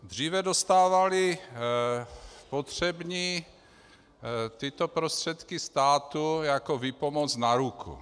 Dříve dostávali potřební tyto prostředky státu jako výpomoc na ruku.